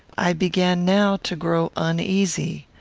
i began now to grow uneasy.